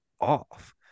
off